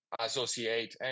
associate